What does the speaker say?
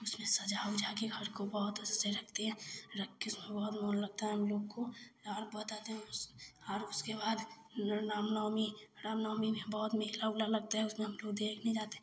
उसमें सजा उजाकर घर को बहुत अच्छे से रखते हैं रखकर उसमें बहुत मन लगता है हमलोग को और बताते हैं उसमें और उसके बाद रामनवमी रामनवमी में बहुत मेला उला लगता है उसमें हमलोग देखने जाते